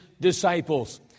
disciples